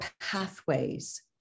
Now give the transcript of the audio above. pathways